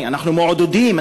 אנחנו מעודדים,